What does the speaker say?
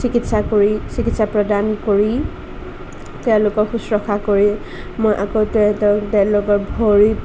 চিকিৎসা কৰি চিকিৎসা প্ৰদান কৰি তেওঁলোকক শুশ্ৰূষা কৰি মই আগতে তেওঁলোকৰ ভৰিত